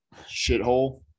shithole